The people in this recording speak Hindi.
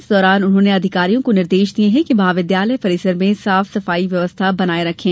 इस दौरान उन्होंने अधिकारियों को निर्देशित किया है कि महाविद्यालय परिसर में साफ सफाई व्यवस्था बनाये रखें